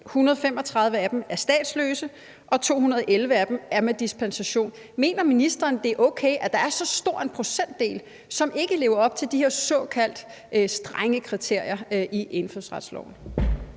135 af dem er statsløse og 211 af dem har fået dispensation. Mener ministeren, at det er okay, at der er så stor en procentdel, som ikke lever op til de her såkaldte strenge kriterier i indfødsretsloven?